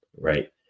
right